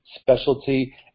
specialty